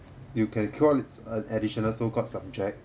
you can call it a additional so called subject